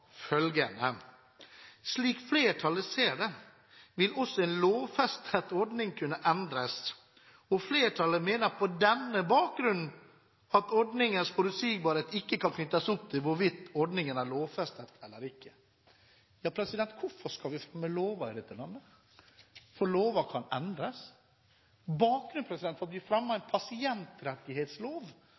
følgende: «Slik flertallet ser det, vil også en lovbestemt ordning kunne ordnes, og flertallet mener på denne bakgrunn at ordningens forutsigbarhet ikke kan knyttes opp til hvorvidt ordningen er lovfestet eller ikke.» Hvorfor skal vi fremme lover i dette landet? Lover kan jo endres. Bakgrunnen for å fremme en pasientrettighetslov